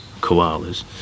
koalas